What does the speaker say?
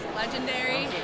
legendary